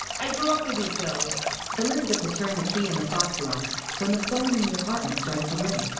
i grew up with these girls elizabeth had turned the key in the fox lock when the phone in the apartment started to ring.